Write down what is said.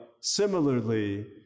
similarly